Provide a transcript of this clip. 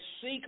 seek